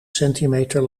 centimeter